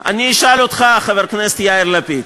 אני אשאל אותך, חבר הכנסת יאיר לפיד,